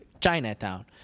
Chinatown